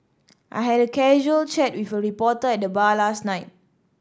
I had a casual chat with a reporter at the bar last night